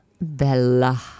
Bella